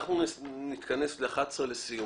אנחנו נתכנס לסיום.